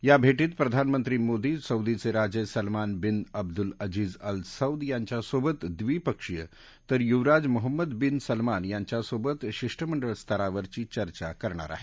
या भेटीत प्रधानमंत्री मोदी सौदीचे राजे Salman bin Abdulaziz Al Saud यांच्यासोबत द्विपक्षीय तर युवराज मोहम्मद बीन सलमान यांच्यासोबत शिष्टमंडळ स्तररावरची चर्चा करणार आहेत